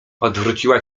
odwróciła